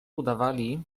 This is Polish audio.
udawali